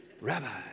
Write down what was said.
Rabbi